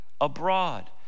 abroad